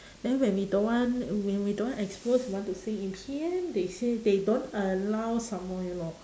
then when we don't want when we don't want expose we want to say in P_M they say they don't allow some more you know